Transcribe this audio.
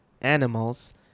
animals